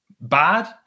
bad